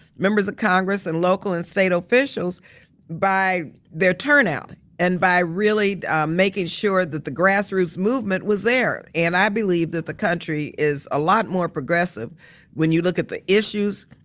members of congress and local and state officials by their turnout and by really making sure that the grassroots movement was there. and i believe that the country is a lot more progressive when you look at the issues,